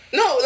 no